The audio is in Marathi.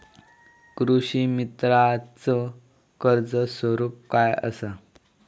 कृषीमित्राच कर्ज स्वरूप काय असा?